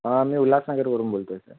मी उल्हासनगरवरून बोलतो आहे सर